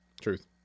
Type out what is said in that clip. Truth